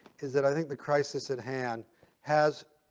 is that i think the crisis at hand has,